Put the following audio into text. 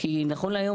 כי נכון להיום,